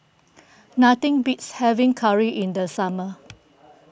nothing beats having curry in the summer